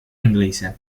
inglese